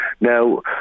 Now